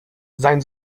sein